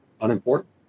unimportant